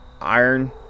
iron